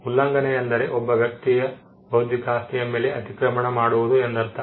ಉಲ್ಲಂಘನೆ ಎಂದರೆ ಒಬ್ಬ ವ್ಯಕ್ತಿಯ ಬೌದ್ಧಿಕ ಆಸ್ತಿಯ ಮೇಲೆ ಅತಿಕ್ರಮಣ ಮಾಡುವುದು ಎಂದರ್ಥ